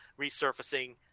resurfacing